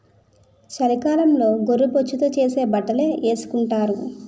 చలికాలంలో గొర్రె బొచ్చుతో చేసే బట్టలే ఏసుకొంటారు